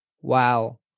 wow